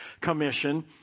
commission